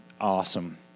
awesome